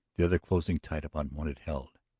the other closing tight upon what it held.